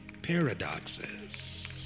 paradoxes